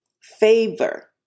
Favor